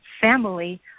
family